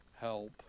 help